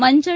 மஞ்சள்